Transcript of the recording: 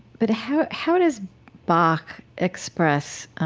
but how how does bach express